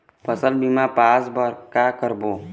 फसल बीमा पास बर का करबो?